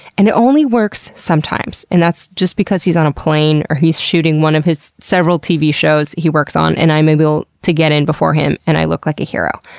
and it only works sometimes, and that's just because he's on a plane, or he's shooting one of his several tv shows he works on, and i'm able to get in before him and i look like a hero.